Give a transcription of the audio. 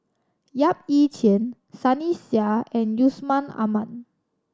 Yap Ee Chian Sunny Sia and Yusman Aman